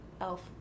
Elf